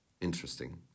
Interesting